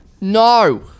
No